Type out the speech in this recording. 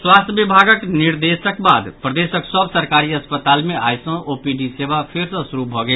स्वास्थ्य विभागक निर्देशक बाद प्रदेशक सभ सरकारी अस्पताल मे आइ सँ ओपीडी सेवा फेर सँ शुरू भऽ गेल